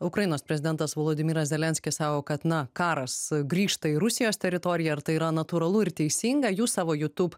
ukrainos prezidentas vladimiras zelenskis sako kad na karas grįžta į rusijos teritoriją ir tai yra natūralu ir teisingą jūs savo jutub